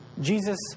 Jesus